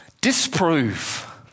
disprove